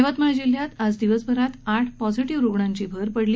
यवतमाळ जिल्ह्यात आज दिवसभरात आठ पॉझीटिव्ह रुग्णांची भर पडली